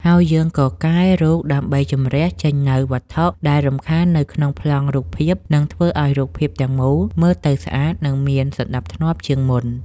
ហើយយើងក៏កែរូបដើម្បីជម្រុះចេញនូវវត្ថុដែលរំខាននៅក្នុងប្លង់រូបភាព នឹងធ្វើឱ្យរូបភាពទាំងមូលមើលទៅស្អាត និងមានសណ្ដាប់ធ្នាប់ជាងមុន។